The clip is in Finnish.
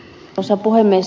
arvoisa puhemies